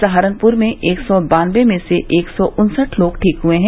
सहारनपुर में एक सौ बानबे में से एक सौ उन्सठ लोग ठीक हुए हैं